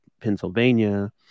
Pennsylvania